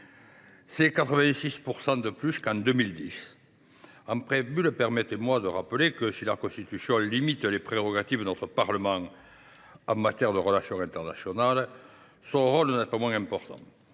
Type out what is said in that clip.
soit 86 % de plus qu’en 2010. Permettez moi de rappeler, en préambule, que si la Constitution limite les prérogatives de notre Parlement en matière de relations internationales, son rôle n’en est pas moins important.